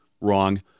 wrong